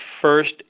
first